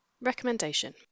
Recommendation